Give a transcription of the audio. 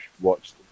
watched